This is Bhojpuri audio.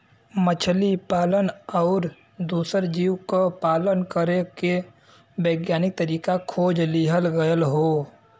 मछली पालन आउर दूसर जीव क पालन करे के वैज्ञानिक तरीका खोज लिहल गयल हौ